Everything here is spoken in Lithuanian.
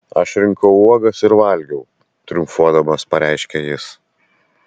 aš rinkau uogas ir valgiau triumfuodamas pareiškė jis